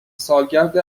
سالگرد